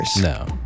no